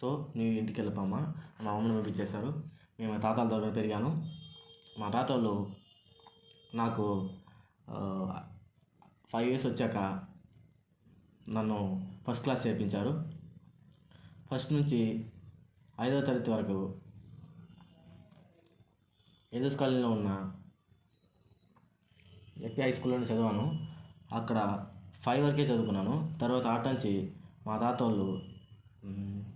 so నువ్వు ఇంటికి వెళ్ళిపో అమ్మ మా మమ్మీని పంపించేశారు నేను మా తాతలతోనే పెరిగాను మా తాతొల్లు నాకు ఫైవ్ ఇయర్స్ వచ్చాక నన్ను ఫస్ట్ క్లాస్ చేర్పించారు ఫస్ట్ నుంచి ఐదో తరగతి వరకు ఎన్ఎస్ కాలనీలో ఉన్న విద్యా హైస్కూల్లోనే చదివాను అక్కడే ఫైవ్ వరకే చదువుకున్నాను తర్వాత ఆ ఆడ కాళ్ళ నుంచి మా తాతొల్లు